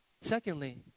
Secondly